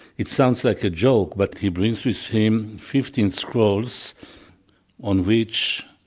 it sounds like a joke, but he brings with him fifteen scrolls on which,